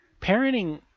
parenting